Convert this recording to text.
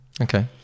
okay